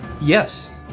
Yes